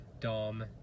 Dom